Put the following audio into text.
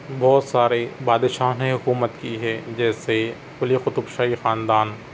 بہت سارے بادشاہ نے حکومت کی ہے جیسے قلی قطب شاہی خاندان